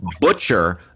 Butcher